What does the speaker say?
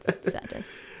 Sadness